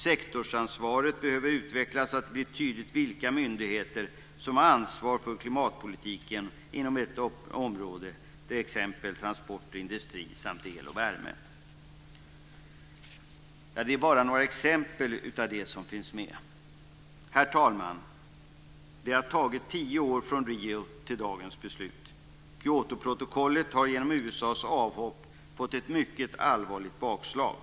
Sektorsansvaret behöver utvecklas så att det blir tydligt vilka myndigheter som har ansvar för klimatpolitiken inom ett område, t.ex. transport och industri samt el och värme. Det här var några exempel på vad som finns med. Herr talman! Det har tagit tio år från Riomötet till dagens beslut. Kyotoprotokollet har genom USA:s avhopp fått ett mycket allvarligt bakslag.